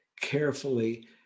carefully